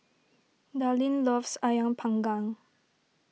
Darline loves Ayam Panggang